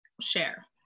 share